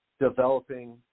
developing